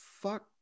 fuck